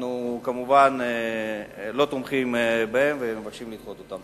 אנחנו כמובן לא תומכים בהן ומבקשים לדחות אותן.